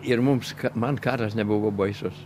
ir mums ką man karas nebuvo baisus